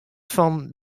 fan